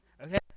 Okay